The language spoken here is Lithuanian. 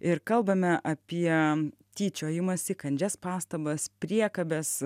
ir kalbame apie tyčiojimąsi kandžias pastabas priekabes